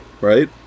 right